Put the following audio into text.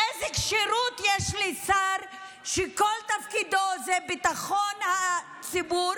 איזה כשירות יש לשר שכל תפקידו זה ביטחון הציבור